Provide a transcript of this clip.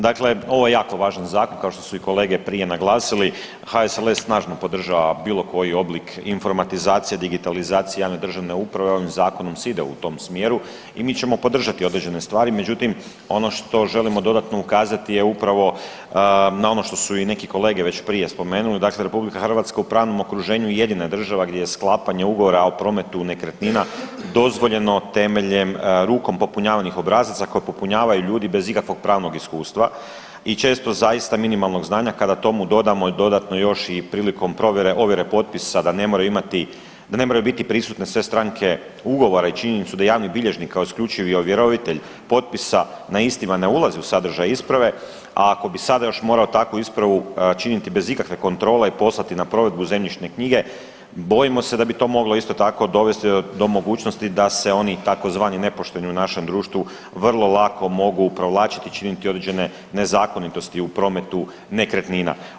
Dakle, ovo je jako važan zakon, kao što su i kolege prije naglasili, HSLS snažno podržava bilo koji oblik informatizacije i digitalizacije javne državne uprave i ovim zakonom se ide u tom smjeru i mi ćemo podržati određene stvari, međutim ono što želimo dodatno ukazati je upravo na ono što su i neki kolege već prije spomenuli, dakle RH u pravom okruženju jedina je država gdje je sklapanje ugovora o prometu nekretnina dozvoljeno temeljem rukom popunjavanih obrazaca koje popunjavaju ljudi bez ikakvog pravnog iskustva i često zaista minimalnog znanja, kada tomu dodamo dodatno još i prilikom provjere ovjere potpisa da ne moraju imati, da ne moraju biti prisutne sve stranke ugovora i činjenicu da javni bilježnik kao isključivi ovjerovitelj potpisa na istima ne ulazi u sadržaj isprave, a ako bi sada još morao takvu ispravu činiti bez ikakve kontrole i poslati na provedbu u zemljišne knjige bojimo se da bi to moglo isto tako dovesti do mogućnosti da se oni tzv. nepošteni u našem društvu vrlo lako mogu provlačiti i činiti određene nezakonitosti u prometu nekretnina.